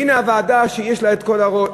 והנה הוועדה שיש לה את כל השכל.